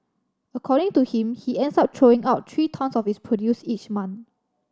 according to him he ends up throwing out three tonnes of his produce each month